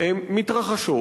מתרחשות,